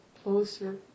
Closer